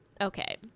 okay